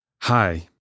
Hi